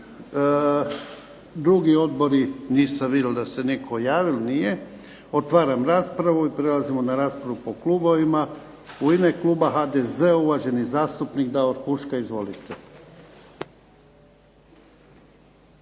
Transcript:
Drugi odbori nisam vidio da se netko javio. Nije. Otvaram raspravu i prelazimo na raspravu po klubovima. U ime kluba HDZ uvaženi zastupnik Davor Huška. Izvolite.